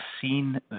seen